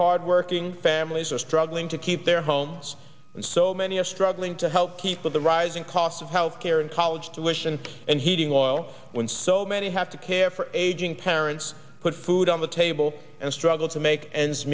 hard working families are struggling to keep their homes and so many are struggling to help keep with the rising cost of health care and college tuition and heating oil when so many have to care for aging parents put food on the table and struggle to make ends